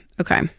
Okay